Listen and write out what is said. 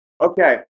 Okay